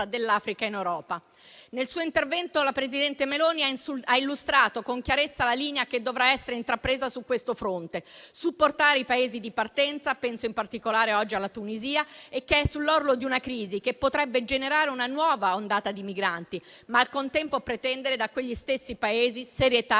dell'Africa in Europa. Nel suo intervento, la presidente Meloni ha illustrato con chiarezza la linea che dovrà essere intrapresa su questo fronte: supportare i Paesi di partenza - penso in particolare oggi alla Tunisia, che è sull'orlo di una crisi che potrebbe generare una nuova ondata di migranti - ma al contempo pretendere da quegli stessi Paesi serietà